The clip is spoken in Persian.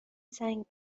زنگ